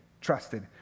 trusted